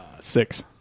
six